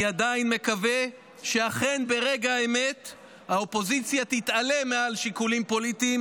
אני עדיין מקווה שאכן ברגע האמת האופוזיציה תתעלה מעל שיקולים פוליטיים